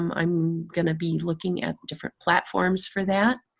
um i'm gonna be looking at different platforms for that.